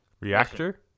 reactor